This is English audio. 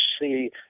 see